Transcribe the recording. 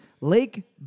Lake